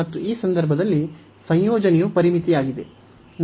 ಮತ್ತು ಈ ಸಂದರ್ಭದಲ್ಲಿ ಸಂಯೋಜನೆಯು ಪರಿಮಿತಿಯಾಗಿದೆ